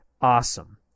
awesome